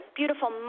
beautiful